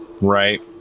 right